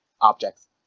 objects